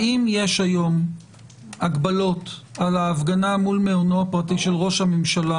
האם יש היום הגבלות על ההפגנה מול מעונו הפרטי של ראש הממשלה